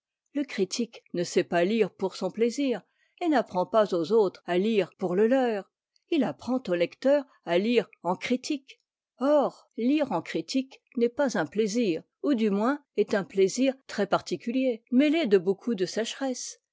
le critique ne sait pas lire pour son plaisir et n'apprend pas aux autres à lire pour le leur il apprend au lecteur à lire en critique or lire en critique n'est pas un plaisir ou du moins est un plaisir très particulier mêlé de beaucoup de sécheresse